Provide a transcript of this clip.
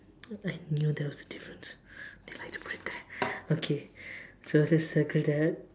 I knew that was a difference they like to put it there okay so I just circle that